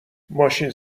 ماشین